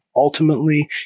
Ultimately